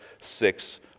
six